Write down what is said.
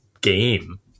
game